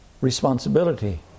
responsibility